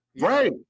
Right